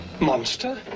Monster